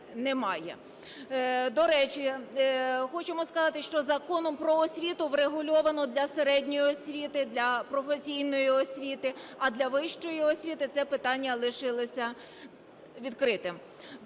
немає. До речі, хочемо сказати, що Законом "Про освіту" врегульовано для середньої освіти, для професійної освіти, а для вищої освіти це питання лишилося відкритим.